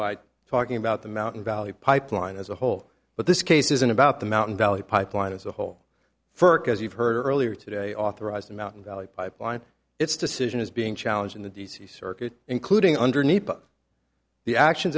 by talking about the mountain valley pipeline as a whole but this case isn't about the mountain valley pipeline as a whole ferk as you've heard earlier today authorized mountain valley pipeline its decision is being challenged in the d c circuit including underneath the actions